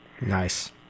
Nice